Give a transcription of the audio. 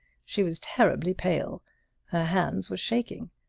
she was terribly pale her hands were shaking.